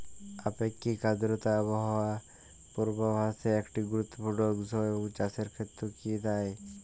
আপেক্ষিক আর্দ্রতা আবহাওয়া পূর্বভাসে একটি গুরুত্বপূর্ণ অংশ এবং চাষের ক্ষেত্রেও কি তাই?